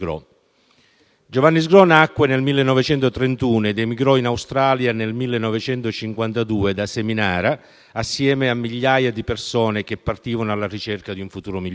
Giovanni Sgró. Egli nacque nel 1931 ed emigrò in Australia nel 1952 da Seminara, assieme a migliaia di persone che partivano alla ricerca di un futuro migliore.